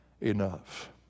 enough